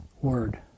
word